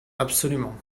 absolument